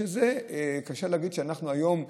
וקשה להגיד שאנחנו היום,